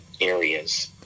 areas